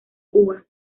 cuba